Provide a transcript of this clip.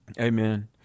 Amen